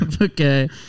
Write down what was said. okay